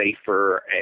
safer